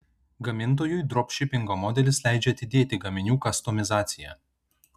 gamintojui dropšipingo modelis leidžia atidėti gaminių kastomizaciją